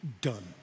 done